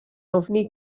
ofni